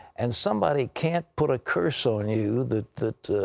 and somebody can't put a curse on you that